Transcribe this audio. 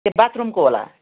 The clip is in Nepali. ए बाथरूमको होला